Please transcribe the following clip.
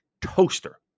toaster